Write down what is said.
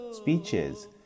speeches